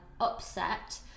upset